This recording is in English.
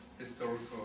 Historical